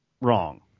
wrong